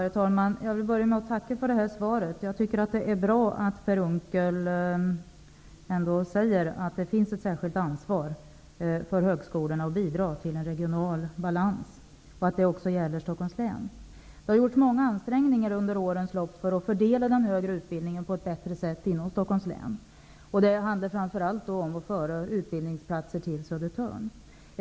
Herr talman! Jag vill börja med att tacka för svaret. Det är bra att Per Unckel säger att det finns ett särskilt ansvar för högskolorna att bidra till en regional balans och att det också gäller Stockholms län. Det har gjorts många ansträngningar under årens lopp för att fördela den högre utbildningen på ett bättre sätt inom Stockholms län. Det handlar framför allt om att föra över utbildningsplatser till Södertörn.